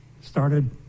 started